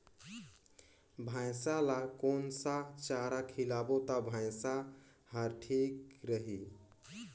भैसा ला कोन सा चारा खिलाबो ता भैंसा हर ठीक रही?